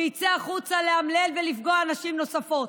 ויצא החוצה לאמלל נשים ולפגוע בנשים נוספות,